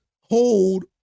hold